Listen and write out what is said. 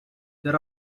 there